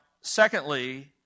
secondly